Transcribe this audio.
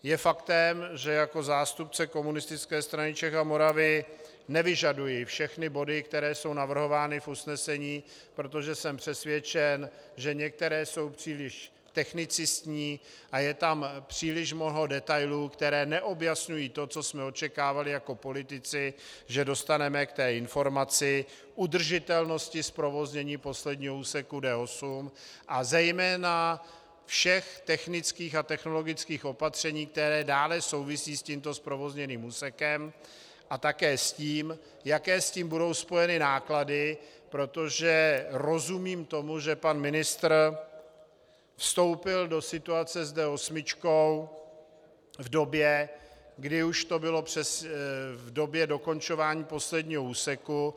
Je faktem, že jako zástupce Komunistické strany Čech a Moravy nevyžaduji všechny body, které jsou navrhovány v usnesení, protože jsem přesvědčen, že některé jsou příliš technicistní, a je tam příliš mnoho detailů, které neobjasňují to, co jsme očekávali jako politici, že dostaneme k informaci, udržitelnosti zprovoznění posledního úseku D8 a zejména všech technických a technologických opatření, které dále souvisí s tímto zprovozněným úsekem a také s tím, jaké s tím budou spojeny náklady, protože rozumím tomu, že pan ministr vstoupil do situace s D8 v době dokončování posledního úseku.